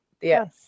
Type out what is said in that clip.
Yes